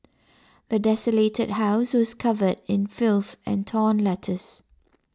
the desolated house was covered in filth and torn letters